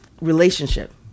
relationship